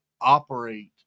operate